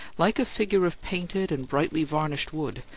like a figure of painted and brightly varnished wood,